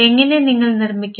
എങ്ങനെ നിങ്ങൾ നിർമ്മിക്കും